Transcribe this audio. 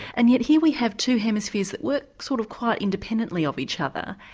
and yet here we have two hemispheres that work sort of quite independently of each other,